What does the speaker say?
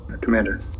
Commander